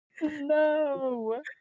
no